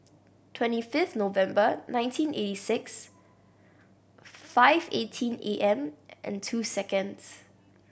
twenty fifth November nineteen eighty six five eighteen A M and two seconds